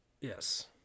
Yes